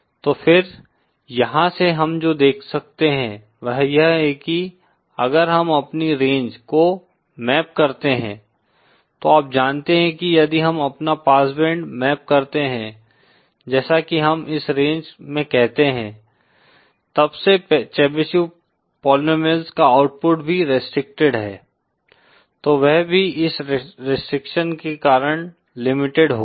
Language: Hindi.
तो फिर यहां से हम जो देख सकते हैं वह यह है कि अगर हम अपनी रेंज को मैप करते हैं तो आप जानते हैं कि यदि हम अपना पास बैंड मैप करते हैं जैसा कि हम इस रेंज में कहते हैं तब से चेबीशेव पॉलिनॉमिअल्स का आउटपुट भी रिस्ट्रिक्टेड है तो वह भी इस रेस्ट्रिक्शन के कारण लिमिटेड होगा